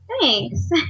Thanks